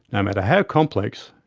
no matter how complex,